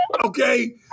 Okay